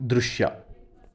ದೃಶ್ಯ